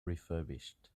refurbished